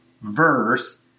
verse